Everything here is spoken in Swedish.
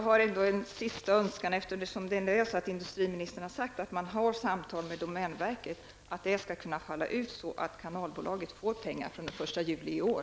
Herr talman! Industriministern sade att det förs samtal med domänverket. Min önskan är att dessa samtal skall leda till att Kanalbolaget får pengar från den 1 juli i år.